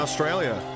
Australia